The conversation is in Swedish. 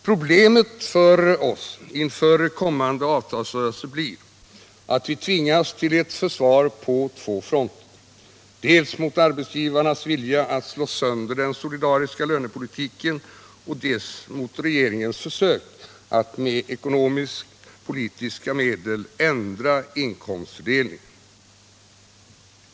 Problemet för oss inför kommande avtalsrörelse blir att vi tvingas till ett försvar på två fronter — dels mot arbetsgivarnas vilja att slå sönder den solidariska lönepolitiken, dels mot regeringens försök att med ekonomisk-politiska medel ändra inkomstfördelningen.